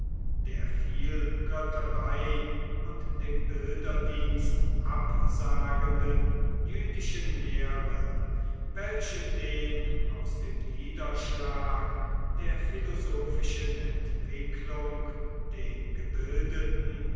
der vielgötterei und dem bilderdienst absagenden jüdischen lehre welche den aus dem niederschlag der philosophischen entwicklung den gebildeten